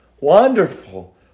Wonderful